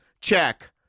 Check